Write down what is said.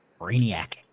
brainiac